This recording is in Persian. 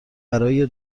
برای